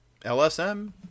LSM